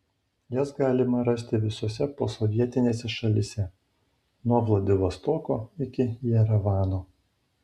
jas galima rasti visose posovietinėse šalyse nuo vladivostoko iki jerevano